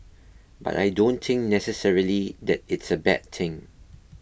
but I don't think necessarily that it's a bad thing